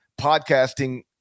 podcasting